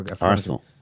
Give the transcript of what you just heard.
Arsenal